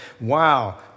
Wow